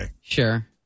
Sure